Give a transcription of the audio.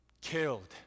killed